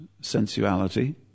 sensuality